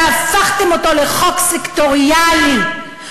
והפכתם אותו לחוק סקטוריאלי.